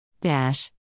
Dash